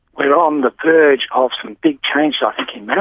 we are on the verge of some big changes i think in maths.